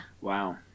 Wow